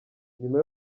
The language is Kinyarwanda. nyuma